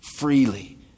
freely